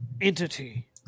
entity